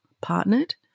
partnered